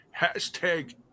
hashtag